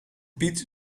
piet